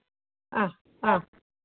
ആ ആ